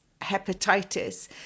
hepatitis